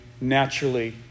naturally